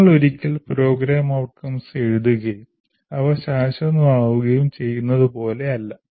നിങ്ങൾ ഒരിക്കൽ program outcomes എഴുതുകയും അവ ശാശ്വതമാവുകയും ചെയ്യുന്നതുപോലെ അല്ല